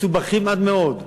מסובכים עד מאוד,